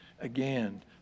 again